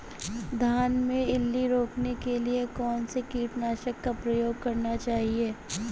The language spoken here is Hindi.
धान में इल्ली रोकने के लिए कौनसे कीटनाशक का प्रयोग करना चाहिए?